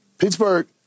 Pittsburgh